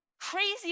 crazy